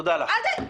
תודה רבה לך.